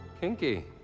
Kinky